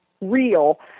real